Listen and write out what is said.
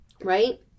Right